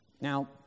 Now